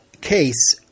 case